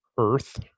earth